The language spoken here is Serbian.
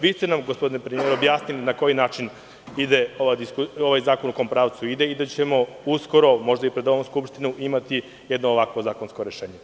Vi ste nam, gospodine premijeru, objasnili na koji način ide ovaj zakon, odnosno u kom pravcu i da ćemo uskoro, možda i pred ovom Skupštinom imati jedno ovakvo zakonsko rešenje.